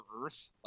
Earth